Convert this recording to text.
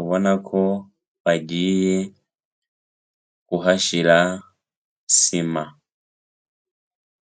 ubona ko bagiye kuhashyira sima.